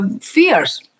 fears